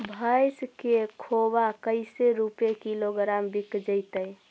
भैस के खोबा कैसे रूपये किलोग्राम बिक जइतै?